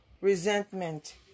resentment